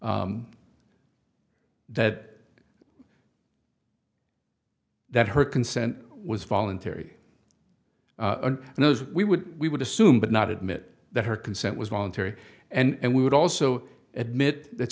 that that her consent was voluntary and those we would we would assume but not admit that her consent was voluntary and we would also admit that